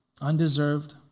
Undeserved